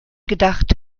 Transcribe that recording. gedacht